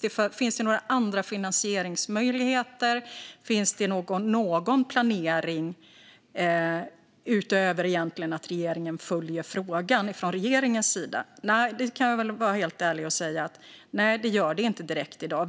det finns några andra finansieringsmöjligheter och någon planering utöver att regeringen följer frågan. Där kan jag vara helt ärlig och säga att det gör det inte direkt i dag.